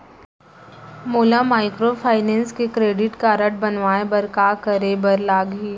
मोला माइक्रोफाइनेंस के credit card बनवाए बर का करे बर लागही?